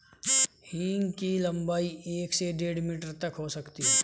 हींग की लंबाई एक से डेढ़ मीटर तक हो सकती है